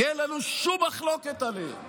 כי אין לנו שום מחלוקת עליהם.